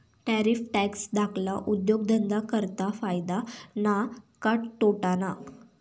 Tariff tax धाकल्ला उद्योगधंदा करता फायदा ना का तोटाना?